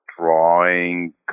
drawing